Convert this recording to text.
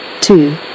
two